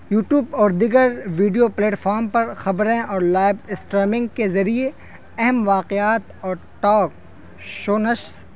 YouTube اور دیگر video platform پر خبریں اور لائیو اسٹرمنگ کے ذریعے اہم واقعات اور ٹاک شونش